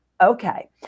okay